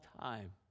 time